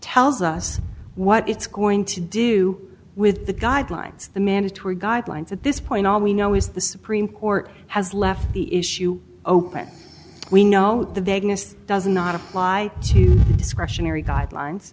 tells us what it's going to do with the guidelines the mandatory guidelines at this point all we know is the supreme court has left the issue open we know the vagueness doesn't not apply to this question ari guidelines